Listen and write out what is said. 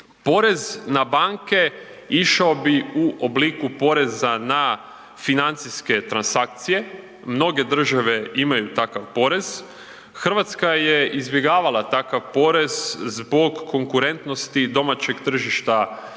Porez na banke išao bi u obliku poreza na financijske transakcije, mnoge države imaju takav porez. Hrvatska je izbjegavala takav porez zbog konkurentnosti domaćeg tržišta kapitala,